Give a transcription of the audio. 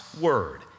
Word